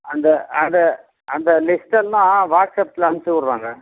அந்த அதை அந்த லிஸ்ட்டெல்லாம் வாட்ஸ்அப்பில் அனுச்சுவுட்றேங்க